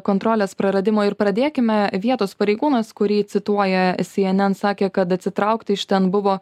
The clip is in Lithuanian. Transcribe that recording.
kontrolės praradimo ir pradėkime vietos pareigūnas kurį cituoja cnn sakė kad atsitraukti iš ten buvo